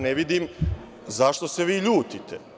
Ne vidim zašto se vi ljutite.